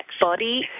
Body